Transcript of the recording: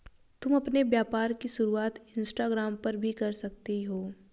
तुम अपने व्यापार की शुरुआत इंस्टाग्राम पर भी कर सकती हो